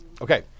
Okay